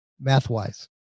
math-wise